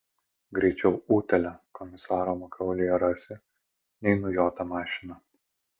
greičiau utėlę komisaro makaulėje rasi nei nujotą mašiną